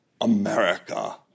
America